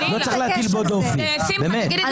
לא צריך להטיל בו דופי, באמת.